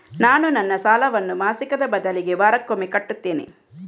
ನಾನು ನನ್ನ ಸಾಲವನ್ನು ಮಾಸಿಕದ ಬದಲಿಗೆ ವಾರಕ್ಕೊಮ್ಮೆ ಕಟ್ಟುತ್ತೇನೆ